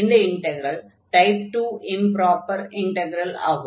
இந்த integral type 2 improper integral ஆகும்